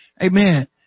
amen